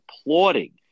applauding